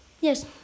yes